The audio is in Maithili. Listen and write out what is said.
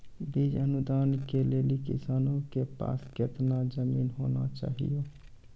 बीज अनुदान के लेल किसानों के पास केतना जमीन होना चहियों?